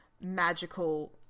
magical